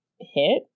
hit